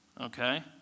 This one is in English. okay